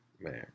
Man